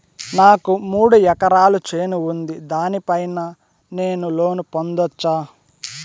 నాకు మూడు ఎకరాలు చేను ఉంది, దాని పైన నేను లోను పొందొచ్చా?